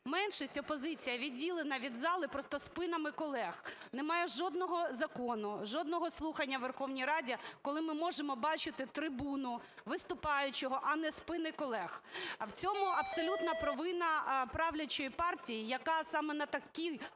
меншість – опозиція – відділена від зали просто спинами колег. Немає жодного закону, жодного слухання у Верховній Раді, коли ми можемо бачити трибуну, виступаючого, а не спини колег. У цьому абсолютна провина правлячої партії, яка саме на такій